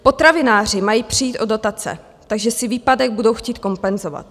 Potravináři mají přijít o dotace, takže si výpadek budou chtít kompenzovat.